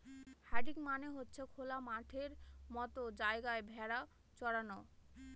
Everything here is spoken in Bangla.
হার্ডিং মানে হচ্ছে খোলা মাঠের মতো জায়গায় ভেড়া চরানো